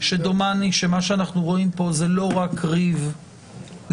שדומני שמה שאנחנו רואים פה זה לא רק ריב לגיטימי